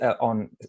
on